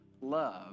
love